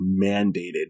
mandated